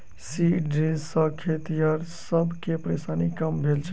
seed drill सॅ खेतिहर सब के परेशानी कम भेल छै